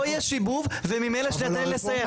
לא יהיה שיבוב וממילא, שנייה, תן לי לסיים.